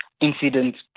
Incidents